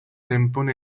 tempon